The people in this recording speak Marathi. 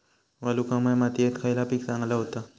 वालुकामय मातयेत खयला पीक चांगला होता?